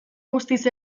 guztiz